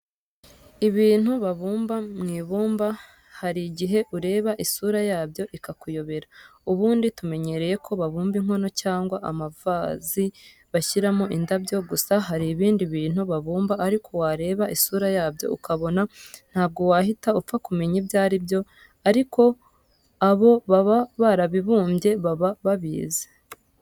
Ibintu babumba mu ibumba hari igihe ureba isura yabyo ikakuyobera. Ubundi tumenyereye ko babumba inkono cyangwa amavazi bashyiramo indabyo, gusa hari ibindi bintu babumba ariko wareba isura yabyo ukabona ntabwo wahita upfa kumenya ibyo ari by ariko abo baba barabibumbye baba babizi.